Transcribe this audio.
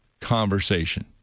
conversation